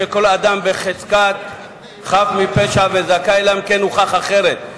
שכל אדם בחזקת חף מפשע וזכאי אלא אם כן הוכח אחרת.